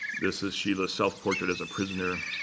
this is schiele's self-portrait as a prisoner,